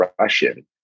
Russian